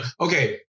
okay